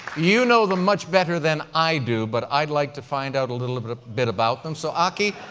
you know them much better than i do, but i'd like to find out a little bit bit about them. so, aki,